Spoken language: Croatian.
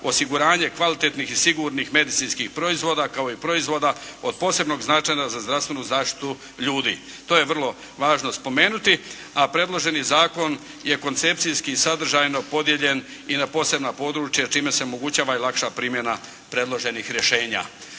osiguranje kvalitetnih i sigurnih medicinskih proizvoda kao i od proizvoda od posebnog značaja za zdravstvenu zaštitu ljudi. To je vrlo važno spomenuti. A predloženi zakon je koncepcijski i sadržano podijeljen i na posebna područja čime se omogućava i lakša primjena predloženih rješenje.